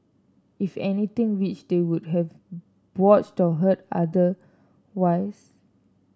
if anything which they would have watched or heard otherwise